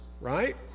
right